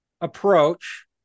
approach